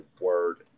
word